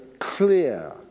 clear